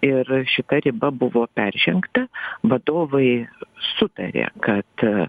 ir šita riba buvo peržengta vadovai sutarė kad